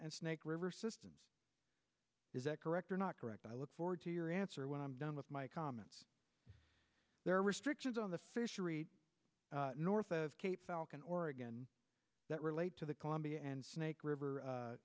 and snake river systems is that correct or not correct i look forward to your answer when i'm done with my comments there are restrictions on the fishery north of cape falcon oregon that relate to the columbia and snake river